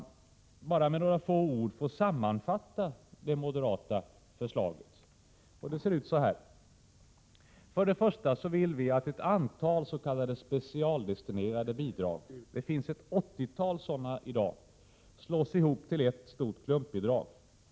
Låt mig med några få ord få sammanfatta det moderata förslaget: För det första vill vi att ett antal s.k. specialdestinerade bidrag — det finns ett åttiotal sådana i dag — slås ihop till ett stort klumpbidrag.